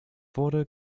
wurde